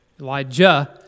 Elijah